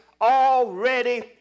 already